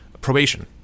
probation